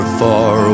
far